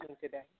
today